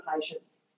patients